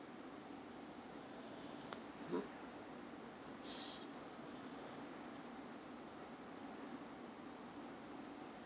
mm so